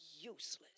useless